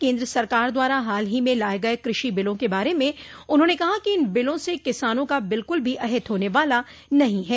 केन्द्र सरकार द्वारा हाल ही में लाये गये कृषि बिलों के बारे में उन्होंने कहा कि इन बिलों से किसानों का बिल्कूल भी अहित होने वाला नहीं है